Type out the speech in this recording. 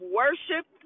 worship